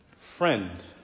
Friend